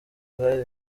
zari